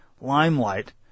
limelight